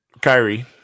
Kyrie